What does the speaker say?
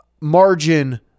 margin